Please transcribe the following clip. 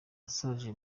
nasoje